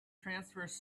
transverse